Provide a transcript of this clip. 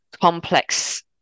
complex